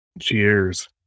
Cheers